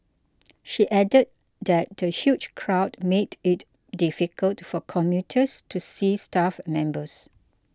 she added that the huge crowd made it difficult for commuters to see staff members